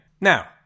now